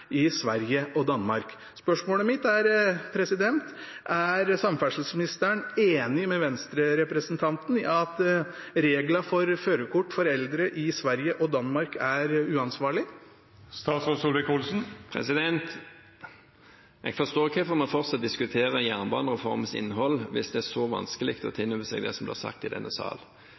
i Sverige og Danmark. Spørsmålet mitt er: Er samferdselsministeren enig med Venstre-representanten i at reglene for førerkort for eldre i Sverige og Danmark er uansvarlige? Jeg forstår hvorfor vi fortsatt diskuterer jernbanereformens innhold hvis det er så vanskelig å ta inn over seg det som blir sagt i denne sal.